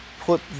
put